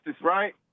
right